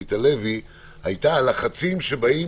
עמית הלוי הייתה על לחצים שבאים